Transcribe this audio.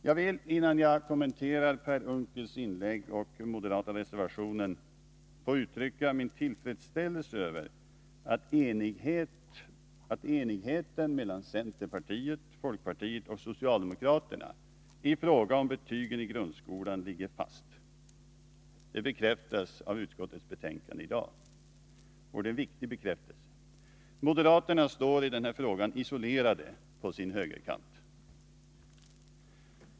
Jag vill, innan jag kommenterar Per Unckels inlägg och den moderata reservationen, uttrycka min tillfredsställelse över att enigheten mellan centerpartiet, folkpartiet och socialdemokraterna i fråga om betygen i grundskolan ligger fast. Det bekräftas av utskottsbetänkandet i dag, och det är en viktig bekräftelse. Moderaterna står i denna fråga isolerade på högerkanten.